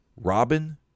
Robin